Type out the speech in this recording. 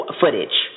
footage